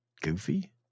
goofy